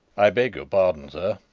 i beg your pardon, sir,